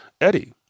Eddie